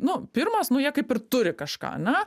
nu pirmas nu jie kaip ir turi kažką ane